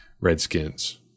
Redskins